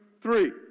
three